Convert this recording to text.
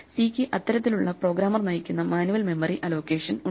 C ക്ക് ഇത്തരത്തിലുള്ള programmer നയിക്കുന്ന മാനുവൽ മെമ്മറി അലോക്കേഷൻ ഉണ്ട്